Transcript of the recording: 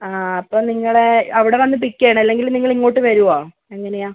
ആ അപ്പം നിങ്ങളെ അവിടെ വന്ന് പിക്ക് ചെയ്യണോ അല്ലെങ്കിൽ നിങ്ങൾ ഇങ്ങോട്ട് വരുവോ എങ്ങനെയാണ്